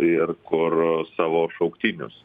ir kur savo šauktinius